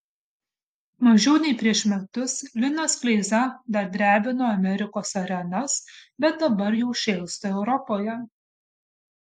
mažiau nei prieš metus linas kleiza dar drebino amerikos arenas bet dabar jau šėlsta europoje